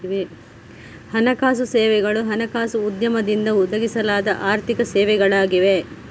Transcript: ಹಣಕಾಸು ಸೇವೆಗಳು ಹಣಕಾಸು ಉದ್ಯಮದಿಂದ ಒದಗಿಸಲಾದ ಆರ್ಥಿಕ ಸೇವೆಗಳಾಗಿವೆ